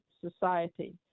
society